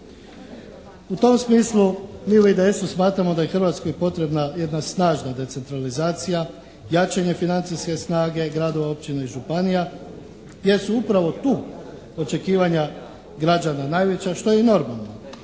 U tom smislu mi u IDS-u smatramo da je Hrvatskoj potrebna jedna snažna decentralizacija, jačanje financijske snage gradova, općina i županija jer su upravo tu očekivanja građana najveća što je i normalno.